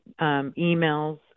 emails